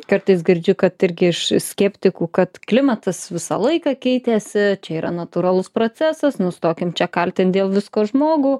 kartais girdžiu kad irgi iš skeptikų kad klimatas visą laiką keitėsi čia yra natūralus procesas nustokim čia kaltint dėl visko žmogų